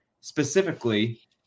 specifically